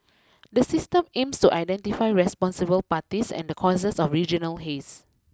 the system aims to identify responsible parties and the causes of regional haze